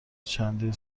چندین